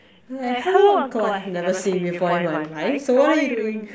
like hello uncle I have never seen before in my life so what are you doing